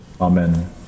Amen